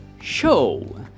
show